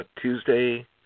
Tuesday